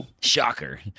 Shocker